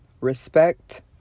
respect